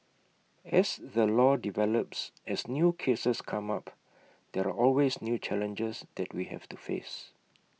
as the law develops as new cases come up there are always new challenges that we have to face